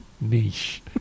Niche